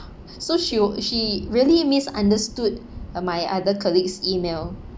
so she will she really misunderstood uh my other colleague's email